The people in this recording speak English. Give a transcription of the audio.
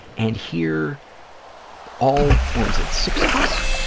and here all, what was it, six of us,